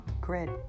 grid